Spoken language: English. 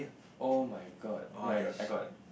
oh-my-god my I got